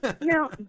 No